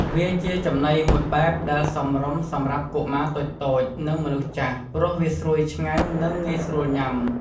វាជាចំណីមួយបែបដែលសមរម្យសម្រាប់កុមារតូចៗ និងមនុស្សចាស់ ព្រោះវាស្រួយឆ្ងាញ់ និងងាយស្រួលញុំា។